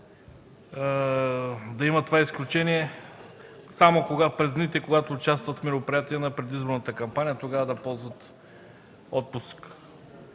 да има такова изключение – само в дните, когато участват в мероприятия на предизборната кампания тогава да ползват отпуск?